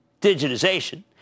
digitization